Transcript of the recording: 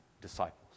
disciples